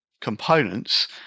components